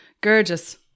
Gorgeous